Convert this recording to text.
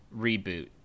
reboot